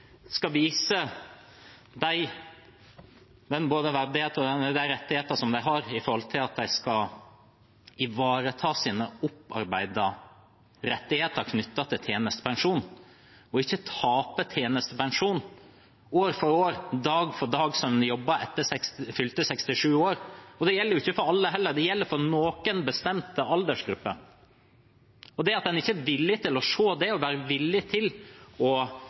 skal vise dem både den verdigheten og de rettighetene som de har, for de skal ivareta sine opparbeidede rettigheter knyttet til tjenestepensjon og ikke tape tjenestepensjon år for år, dag for dag som de jobber etter fylte 67 år. Det gjelder ikke for alle heller. Det gjelder for noen bestemte aldersgrupper. Så er en ikke villig til å se det, ikke villig til å